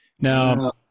Now